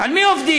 על מי עובדים?